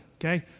Okay